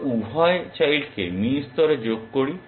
আমরা এই উভয় চাইল্ডকে মিন স্তরে যোগ করি